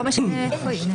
לא משנה איפה היא.